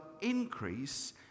increase